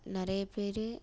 நிறைய பேர்